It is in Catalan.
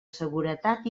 seguretat